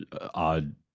odd